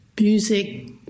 music